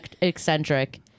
eccentric